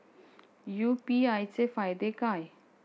UPI चे फायदे काय?